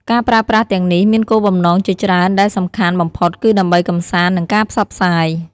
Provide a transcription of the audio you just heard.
ការប្រើប្រាស់ទាំងនេះមានគោលបំណងជាច្រើនដែលសំខាន់បំផុតគឺដើម្បីកម្សាន្ត និងការផ្សព្វផ្សាយ។